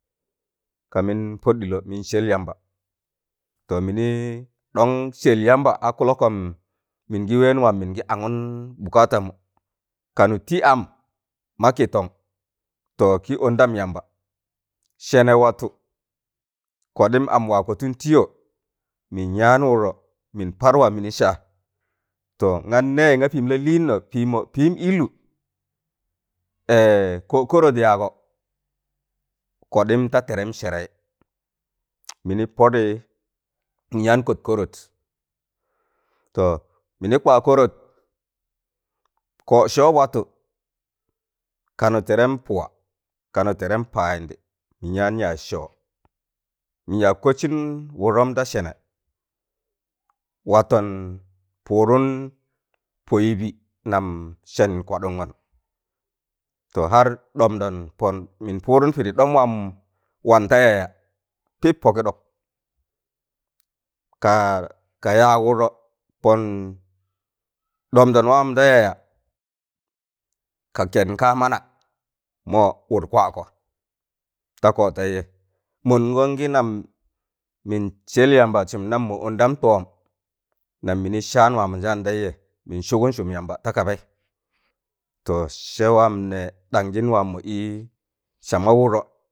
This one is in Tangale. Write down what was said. Ka mịn pọɗ ɗịlọ mịn sẹl yamba to mịnị don sẹl yamba a kọlọkom mịn gị wẹẹn waan mịn gị agun bukatamu kanụ tị am ma kịtọn to kị ọndam yamba sẹnẹ watụ koɗịm amụ waa kọtụn tịyọ mịn yaan wụdọ mịn par waam mịnị saa to ngan nẹẹ nga pịịm la lịịnọ pịịm ịlụ kọọ kọrọt yaagọ kọɗịịm ta tẹrẹm sẹrẹị mịnị pọdị mịn yaan kọt kọrọt to mịnị kwa kọrọt kọ sọọ watụ kanụ tẹrẹm pụwa kanụ tẹrẹm payịndị mịn yaan yaaz sọọ mịn yaag kọtsịn wụdọm da sẹnẹ watọn pụụdụn pọụyịbị nam sẹn kwaɗụngọn to har ɗọmdọn pọn mịn pụụdụn pịdị ɗọm waam wan ta yaya pịp pọkịɗọk kaa ka yaag wụdọ, pọn ɗọmdọn waam da yaya ka kẹn kaamana mọwụd kwakọ ta kọɗteje mọngọn gị nam mịn sẹl yamba sụm nam mọ ọndam tọọm nam mịnị saan waan mọnjaan tẹịjẹ mịn sụgụn sụm. Yamba ta kabaị to sẹ waam nẹẹ ɗanjịn waam mọ ị sama wụdọ.